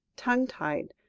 tongue-tied,